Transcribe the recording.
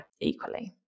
equally